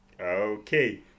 okay